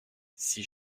six